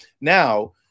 Now